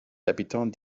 habitants